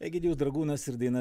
egidijus dragūnas ir daina